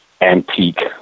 antique